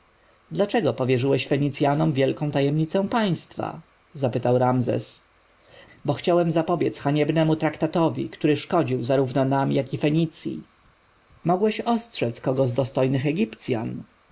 dlaczego powierzyłeś fenicjanom wielką tajemnicę państwa zapytał ramzes bo chciałem zapobiec haniebnemu traktatowi który szkodził zarówno nam jak i fenicji mogłeś ostrzec kogo z dostojnych egipcjan